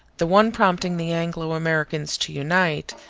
the one prompting the anglo-americans to unite,